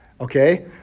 Okay